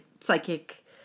psychic